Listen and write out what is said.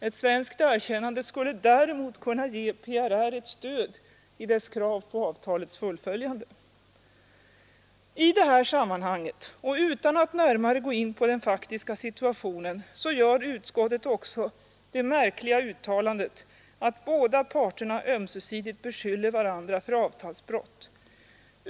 Ett svenskt erkännande skulle däremot kunna ge PRR ett stöd i dess krav på avtalets fullföljande. I det här sammanhanget och utan att närmare gå in på den faktiska situationen gör utskottet också det märkliga uttalandet att båda parterna ömsesidigt beskyller varandra för avtalsbrott.